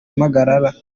impagarara